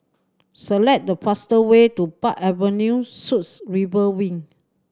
select the fastest way to Park Avenue Suites River Wing